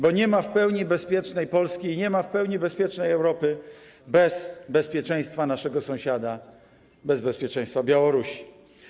Bo nie ma w pełni bezpiecznej Polski i nie ma w pełni bezpiecznej Europy bez bezpieczeństwa naszego sąsiada, bez bezpieczeństwa Białorusi.